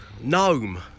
Gnome